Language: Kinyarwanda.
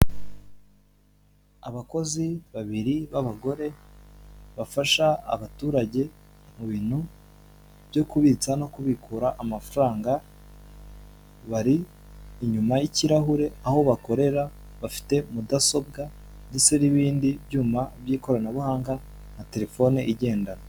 Abakozi babiri b'abagore bafasha abaturage mu bintu byo kubitsa no kubikura amafaranga, bari inyuma y'kirahure aho bakorera bafite mudasobwa ndetse n'ibindi byuma by'ikoranabuhanga nka telefone igendanwa.